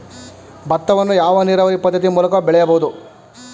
ಭತ್ತವನ್ನು ಯಾವ ನೀರಾವರಿ ಪದ್ಧತಿ ಮೂಲಕ ಬೆಳೆಯಬಹುದು?